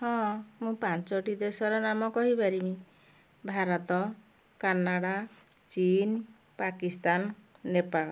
ହଁ ମୁଁ ପାଞ୍ଚଟି ଦେଶର ନାମ କହିପାରିମି ଭାରତ କାନାଡ଼ା ଚୀନ୍ ପାକିସ୍ତାନ୍ ନେପାଳ